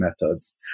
methods